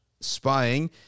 spying